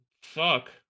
fuck